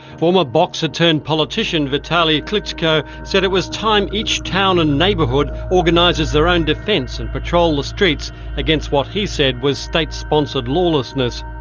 former boxer turned politician vitali klitschko said it was time each town and neighbourhood organises their own defence and patrol the streets against what he said was state sponsored lawlessness.